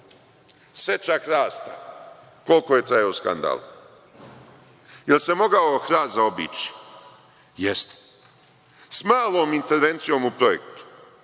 Seča hrasta - koliko je trajao skandal? Jel se mogao hrast zaobići? Jeste , s malom intervencijom u projektu.